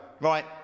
right